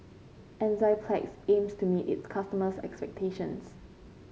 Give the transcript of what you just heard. enzyplex aims to meet its customers' expectations